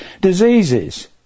diseases